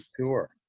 tour